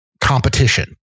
competition